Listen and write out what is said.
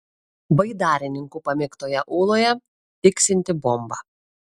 baidarininkų pamėgtoje ūloje tiksinti bomba